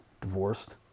Divorced